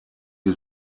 die